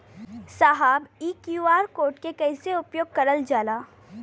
साहब इ QR code के कइसे उपयोग करल जाला?